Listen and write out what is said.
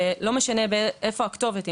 ולא משנה מאיפה הכתובת,